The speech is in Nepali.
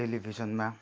टेलिभिजनमा